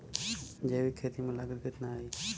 जैविक खेती में लागत कितना आई?